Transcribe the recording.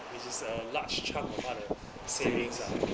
which is a large chunk of 她的 savings ah